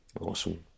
Awesome